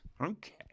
okay